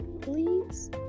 please